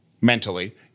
mentally